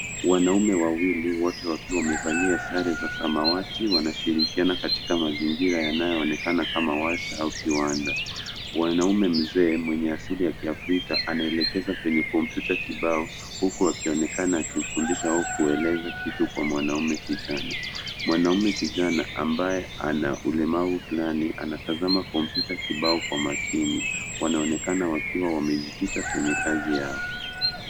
Wanaume wawili wote wakiwa wamevalia sare za samawati, wakishiriana katika mazingira yanaonakana kama warsha au kiwanda. Wanaume mzee mwenye asili ya kiafrika anaelekeza kwenye kompyuta kibao huku akionekana akifundisha au kueleza kitu kwa mwanaume kijana. Mwanaume kijana ambaye anaulimavu fulani anatasama kompyuta kibao kwa makini. Wanaonekana kuwa wamejikita kwenye kazi yao.